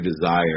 desire